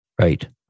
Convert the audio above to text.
Right